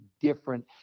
different